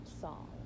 song